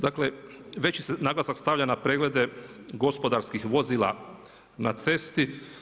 Dakle, veći se naglasak stavlja na preglede gospodarskih vozila na cesti.